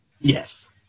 Yes